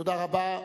תודה רבה.